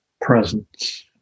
presence